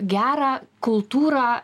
gerą kultūrą